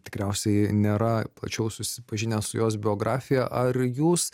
tikriausiai nėra plačiau susipažinę su jos biografija ar jūs